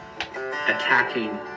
attacking